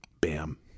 bam